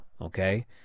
okay